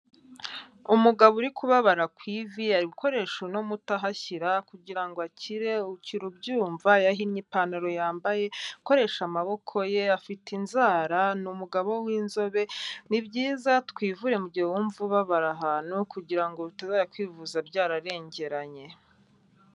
Umugabo uri kubabara ku ivi, arigukoresha uno muti ahashyira kugira ngo akire, ukira ubyumva, yahinnye ipantaro yambaye, arigukoresha amaboko ye, afite inzara, ni umugabo w'inzobe, ni byiza. Twivure mugihe wumva ubabara ahantu kugira ngo utazajya kwivuza byararengeranye.